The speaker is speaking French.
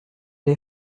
les